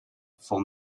for